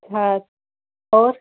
अच्छा और